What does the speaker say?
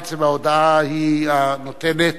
עצם ההודעה היא הנותנת,